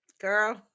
Girl